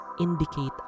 indicate